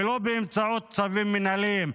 ולא באמצעות צווים מינהליים.